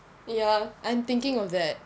ya I'm thinking of that